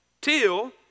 till